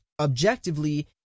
objectively